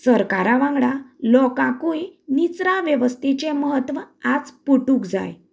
सरकारां वांगडा लोकांकूय निचरां वेवस्थतेचे म्हत्व आज पटूंक जाय